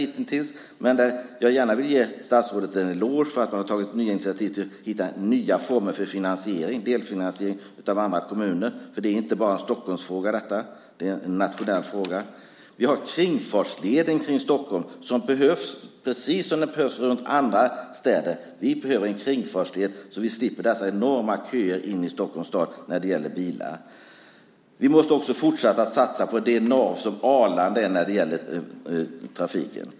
Jag vill gärna ge statsrådet en eloge för att hon har tagit initiativ till att hitta nya former för finansiering, delfinansiering av andra kommuner, för detta är inte bara en Stockholmsfråga. Det är en nationell fråga. Vi har kringfartsleden runt Stockholm, som behövs, precis som det behövs kringfartsleder runt andra städer. Vi behöver en kringfartsled så att vi slipper de enorma bilköerna inne i Stockholm. Vi måste också fortsätta att satsa på det nav som Arlanda är för trafiken.